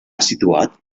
situat